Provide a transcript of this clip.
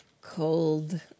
Cold